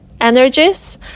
energies